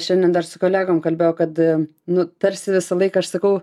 šiandien dar su kolegom kalbėjau kad nu tarsi visą laiką aš sakau